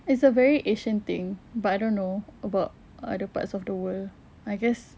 it's a very asian thing but I don't know about other parts of the world I guess